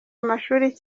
amashuli